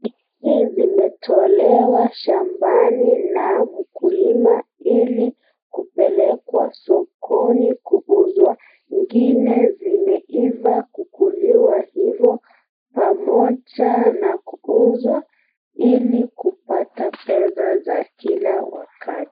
Hizi, zimetolewa shambani na mkulima, ili kupelekwa sokoni kuuzwa. Ngine zimeiva kukuliwa hivo, pamoja na kuuzwa, ili kupata pesa za kila wakati.